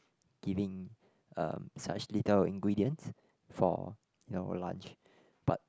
giving um such little ingredients for our lunch but